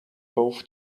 both